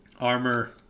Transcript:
armor